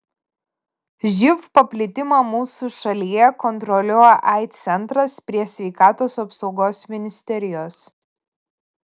živ paplitimą mūsų šalyje kontroliuoja aids centras prie sveikatos apsaugos ministerijos